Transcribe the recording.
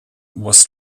was